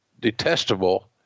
detestable